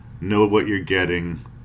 know-what-you're-getting